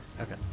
Okay